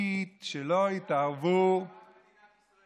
תרבותית, שלא יתערבו, התנגדתם להקמת מדינת ישראל